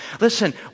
Listen